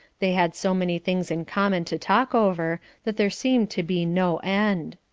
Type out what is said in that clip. they had so many things in common to talk over that there seemed to be no end.